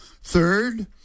Third